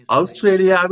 Australia